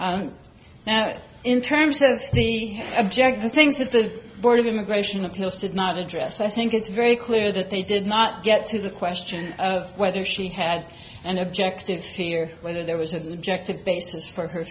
sure now in terms of the object or things that the board of immigration appeals did not address i think it's very clear that they did not get to the question of whether she had an objective here whether there was